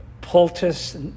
poultice